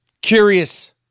curious